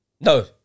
No